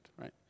right